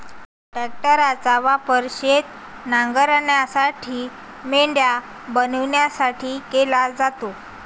ट्रॅक्टरचा वापर शेत नांगरण्यासाठी, मेंढ्या बनवण्यासाठी केला जातो